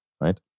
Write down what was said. right